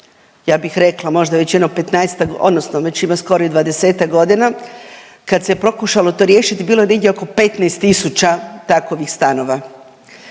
ja bih rekla možda već jedno 15-ak odnosno već ima skoro i 20-ak godina kad se pokušalo riješiti bilo je negdje oko 15 tisuća takovih stanova.